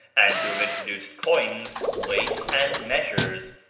and to have introduced coins, weights, and measures.